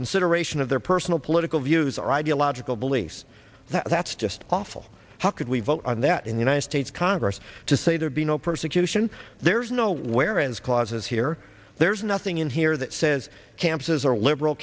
consideration of their personal political views or ideological beliefs that's just awful how could we vote on that in the united states congress to say there'd be no persecution there's nowhere as clauses here there's nothing in here that says campuses are liberal